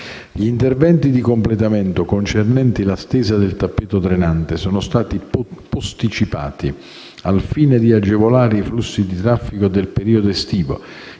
Gli interventi di completamento concernenti la stesa del tappeto drenante sono stati posticipati al fine di agevolare i flussi di traffico del periodo estivo,